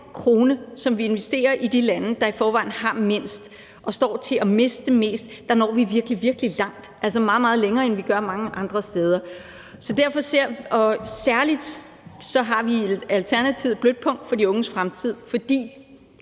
krone, som vi investerer i de lande, der i forvejen har mindst og står til at miste mest, når vi virkelig, virkelig langt, altså meget, meget længere, end vi gør mange andre steder. Særlig har vi i Alternativet et blødt punkt for de unges fremtid, for